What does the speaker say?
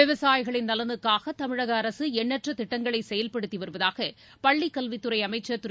விவசாயிகளின் நலனுக்காக தமிழக அரசு எண்ணற்ற திட்டங்களை செயல்படுத்தி வருவதாக பள்ளிக் கல்வித்துறை அமைச்சர் திரு